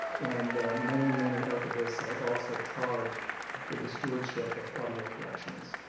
and many, many archivists are also charged with the stewardship of audio collections,